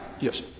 yes